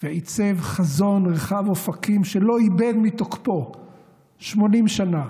ועיצב חזון רחב אופקים שלא איבד מתוקפו 80 שנה